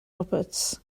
roberts